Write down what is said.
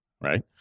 right